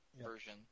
version